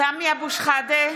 סמי אבו שחאדה,